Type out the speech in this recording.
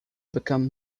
become